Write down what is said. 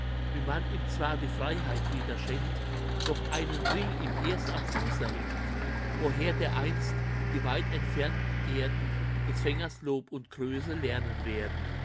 wie man ihm zwar die freiheit wieder schenkt doch einen ring ihm erst am fuße hängt woher dereinst die weit entfernten erden des fängers lob und größe lernen werden